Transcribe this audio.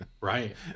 right